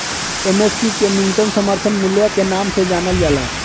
MSP के न्यूनतम समर्थन मूल्य के नाम से जानल जाला